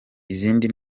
izindi